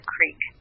Creek